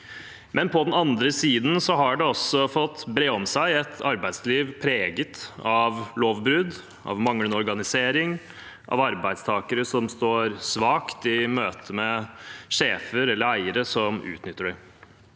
på den andre siden har det også fått bre om seg et arbeidsliv preget av lovbrudd, av manglende organisering, av arbeidstakere som står svakt i møte med sjefer eller eiere som utnytter dem.